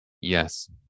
Yes